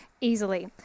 easily